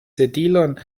sedilon